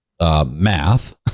math